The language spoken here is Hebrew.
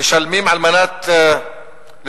שמשלמים על מנת לשלם